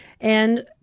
And-